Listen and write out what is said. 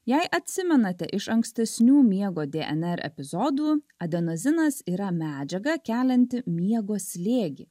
jei atsimenate iš ankstesnių miego dnr epizodų adenozinas yra medžiaga kelianti miego slėgį